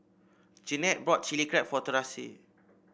Jeanette bought Chili Crab for Terese